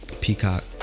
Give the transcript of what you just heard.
Peacock